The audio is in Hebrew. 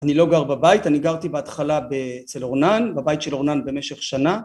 אני לא גר בבית, אני גרתי בהתחלה אצל אורנן, בבית של אורנן במשך שנה